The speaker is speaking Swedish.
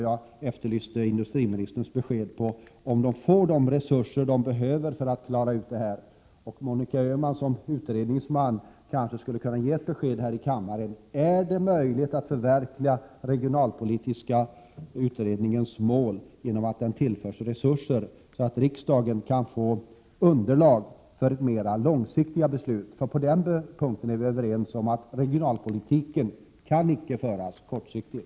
Jag efterlyste industriministerns besked om huruvida utredningen får de resurser som behövs för att klara ut detta. Monica Öhman som själv tillhör utredningen kanske skulle kunna ge ett besked här i kammaren: Är det möjligt att förverkliga regionalpolitiska utredningens mål genom att den tillförs resurser, så att riksdagen snart kan få underlag för mera långsiktiga beslut? Vi är ju i stort överens om att regionalpolitiken icke kan föras kortsiktigt.